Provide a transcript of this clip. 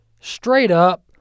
straight-up